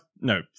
No